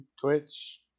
Twitch